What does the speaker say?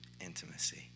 Intimacy